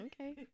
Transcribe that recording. Okay